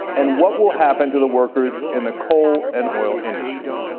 and what will happen to the workers in the coal and oil industries?